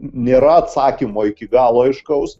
nėra atsakymo iki galo aiškaus